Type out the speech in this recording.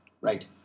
Right